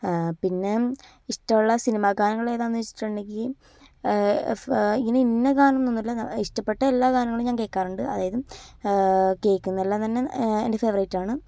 പിന്നെ ഇഷ്ട്ടമുള്ള സിനിമാഗാനങ്ങൾ ഏതാന്ന് ചോദിച്ചിട്ടുണ്ടെങ്കിൽ ഇങ്ങനെ ഇന്നതാന്നൊന്നുമില്ല ഇഷ്ട്ടപ്പെട്ട എല്ലാ ഗാനങ്ങളും ഞാൻ കേൾക്കാറുണ്ട് അതായത് കേൾക്കുന്നതെല്ലാം തന്നെ എൻ്റെ ഫേവറിറ്റാണ്